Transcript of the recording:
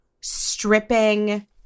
stripping